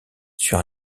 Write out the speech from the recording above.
sur